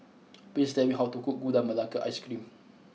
please tell me how to cook Gula Melaka ice cream